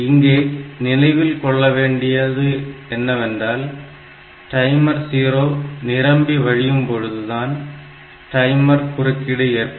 இங்கே நினைவில் கொள்ளவேண்டியது என்னவென்றால் டைமர் 0 நிரம்பி வழியும்போது தான் டைமர் குறுக்கீடு ஏற்படும்